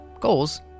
goals